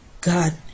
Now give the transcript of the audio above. God